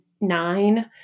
nine